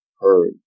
heard